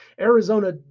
Arizona